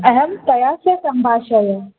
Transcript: अहं तया सह सम्भाषय